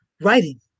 writing